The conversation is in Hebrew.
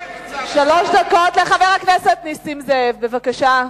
שלוש דקות לחבר הכנסת נסים זאב, בבקשה.